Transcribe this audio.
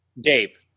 Dave